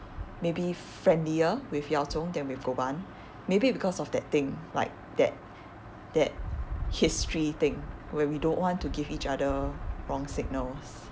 maybe friendlier with yao zhong than with go ban maybe because of that thing like that that history thing where we don't want to give each other wrong signals